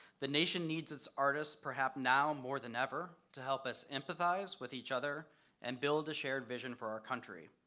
the nation needs its artists, perhaps now more than ever, to help us empathize with each other and build a shared vision for our country.